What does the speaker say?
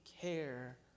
care